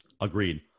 Agreed